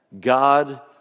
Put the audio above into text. God